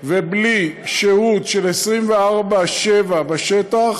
ובלי שהות של 24/7 בשטח